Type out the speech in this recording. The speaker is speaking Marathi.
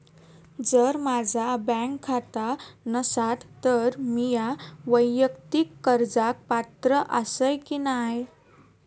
जर माझा बँक खाता नसात तर मीया वैयक्तिक कर्जाक पात्र आसय की नाय?